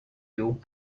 you